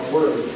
Word